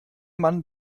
mann